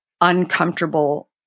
uncomfortable